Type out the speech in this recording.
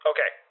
Okay